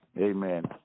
Amen